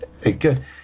good